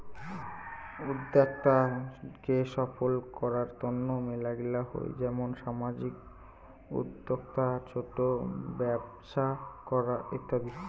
উদ্যোক্তা কে সফল করার তন্ন মেলাগিলা হই যেমন সামাজিক উদ্যোক্তা, ছোট ব্যপছা ইত্যাদি